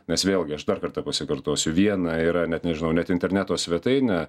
nes vėlgi aš dar kartą pasikartosiu viena yra net nežinau net interneto svetainę